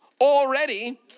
already